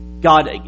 God